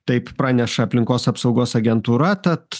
taip praneša aplinkos apsaugos agentūra tad